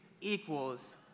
equals